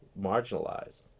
marginalized